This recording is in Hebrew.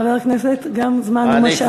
חבר הכנסת, גם זמן הוא משאב.